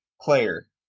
player